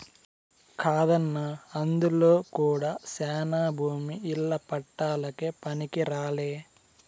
కాదన్నా అందులో కూడా శానా భూమి ఇల్ల పట్టాలకే పనికిరాలే